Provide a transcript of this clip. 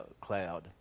cloud